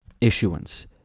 issuance